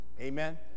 amen